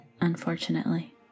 unfortunately